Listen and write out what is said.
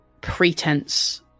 pretense